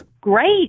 great